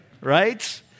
Right